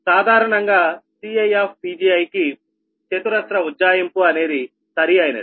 సాధారణంగా CiPgiకి చతురస్ర ఉజ్జాయింపు అనేది సరి అయినది